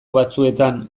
batzuetan